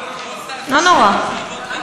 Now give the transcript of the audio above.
לא נורא.